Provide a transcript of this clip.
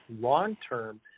long-term